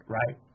right